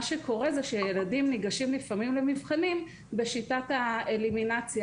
מה שקורה זה שילדים ניגשים לפעמים למבחנים בשיטת האלימינציה,